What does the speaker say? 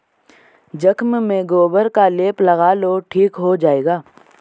जख्म में गोबर का लेप लगा लो ठीक हो जाएगा